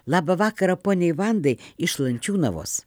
labą vakarą poniai vandai iš lančiūnavos